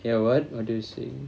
ya what what do you say